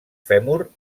fèmur